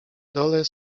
dole